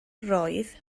roedd